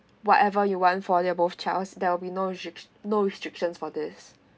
whatever you want for your both child there will be no restrict no restrictions for this